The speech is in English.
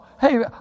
hey